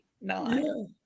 no